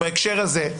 בהקשר הזה,